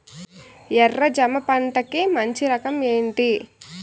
ఎర్ర జమ పంట కి మంచి రకం ఏంటి?